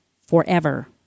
forever